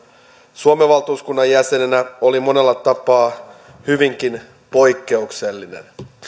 suomen valtuuskunnan jäsenenä oli monella tapaa hyvinkin poikkeuksellinen